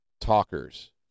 talkers